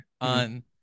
on